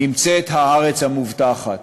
נמצאת הארץ המובטחת.